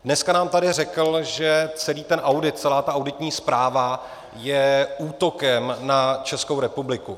Dneska nám tady řekl, že celý audit, celá ta auditní zpráva je útokem na Českou republiku.